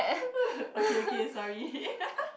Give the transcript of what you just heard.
okay okay sorry